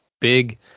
big